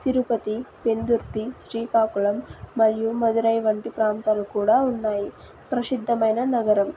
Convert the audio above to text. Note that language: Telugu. తిరుపతి పెందుర్తి శ్రీకాకుళం మరియు మధురైవంటి ప్రాంతాలు కూడా ఉన్నాయి ప్రసిద్ధమైన నగరం